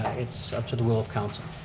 it's up to the will of council.